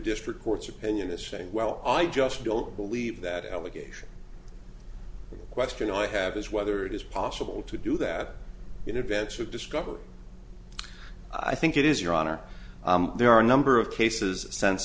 district court's opinion is saying well i just don't believe that allegation question i have is whether it is possible to do that in advance of discovery i think it is your honor there are a number of cases sense